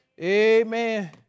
Amen